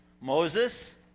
Moses